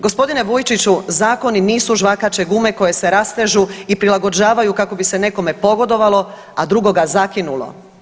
Gospodine Vujčiću zakoni nisu žvakače gume koje se rastežu i prilagođavaju kako bi se nekome pogodovalo, a drugoga zakinulo.